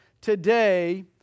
today